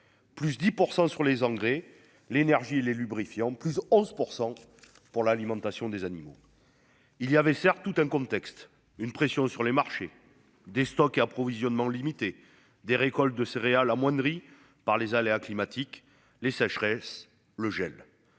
Plus 10% sur les engrais, l'énergie, les lubrifiants, plus 11% pour l'alimentation des animaux. Il y avait certes tout un contexte, une pression sur les marchés des stocks approvisionnement limité des récoltes de céréales amoindrie par les aléas climatiques, les sécheresses le gel